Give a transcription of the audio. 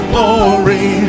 Glory